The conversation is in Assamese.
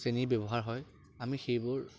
চেনি ব্যৱহাৰ হয় আমি সেইবোৰ